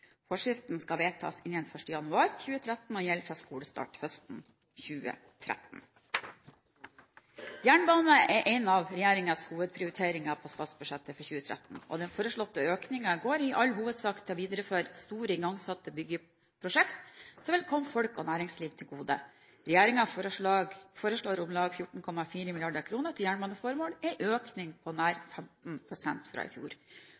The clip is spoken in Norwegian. Forskriften skal vedtas innen 1. januar 2013 og gjelde fra skolestart høsten 2013. Jernbane er en av regjeringens hovedprioriteringer på statsbudsjettet for 2013. Den foreslåtte økningen går i all hovedsak til å videreføre store igangsatte byggeprosjekter som vil komme folk og næringsliv til gode. Regjeringen foreslår om lag 14,4 mrd. kr til jernbaneformål, en økning på nær 15 pst. fra i fjor.